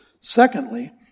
Secondly